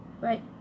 right